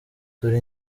dore